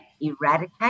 eradicate